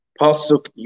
Pasuk